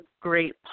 great